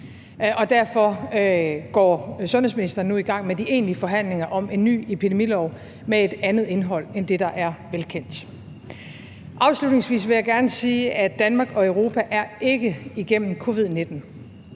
derfor går sundhedsministeren nu i gang med de egentlige forhandlinger om en ny epidemilov med et andet indhold end det, der er velkendt. Afslutningsvis vil jeg gerne sige, at Danmark og Europa ikke er igennem covid-19.